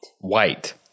White